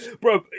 Bro